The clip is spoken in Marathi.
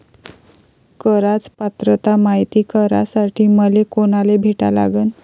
कराच पात्रता मायती करासाठी मले कोनाले भेटा लागन?